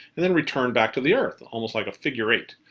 and then returned back to the earth. almost like a figure eight.